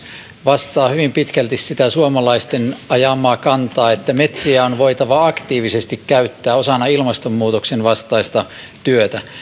vastaa hyvin pitkälti sitä suomalaisten ajamaa kantaa että metsiä on voitava aktiivisesti käyttää osana ilmastonmuutoksen vastaista työtä